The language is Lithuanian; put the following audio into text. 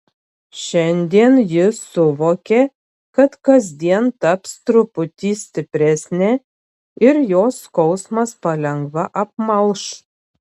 šiandien ji suvokė kad kasdien taps truputį stipresnė ir jos skausmas palengva apmalš